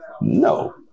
No